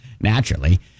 naturally